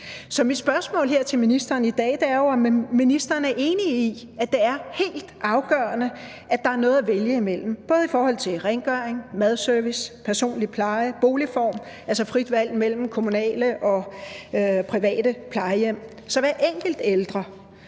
mit spørgsmål til ministeren her i dag er jo, om ministeren er enig i, at det er helt afgørende, at der er noget at vælge imellem, både i forhold til rengøring, madservice, personlig pleje, boligform, altså frit valg mellem kommunale og private plejehjem, så hver enkelt ældre